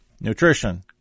nutrition